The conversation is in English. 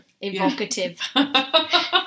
evocative